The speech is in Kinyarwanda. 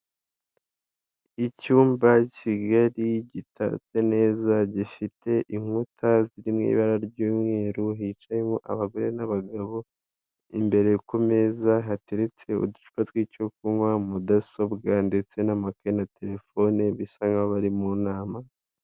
Icyumba kigari gitatse neza gifite inkuta ziri mu ibara ry'umweru hicayemo abagore n'abagabo, imbere ku meza hateretse uducura tw'icyo kunywa, mudasobwa ndetse n'amakayi na telefone bisa nkaho bari mu nama.